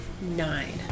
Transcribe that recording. nine